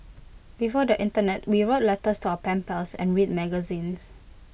before the Internet we wrote letters to our pen pals and read magazines